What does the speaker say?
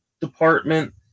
department